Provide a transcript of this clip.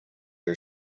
her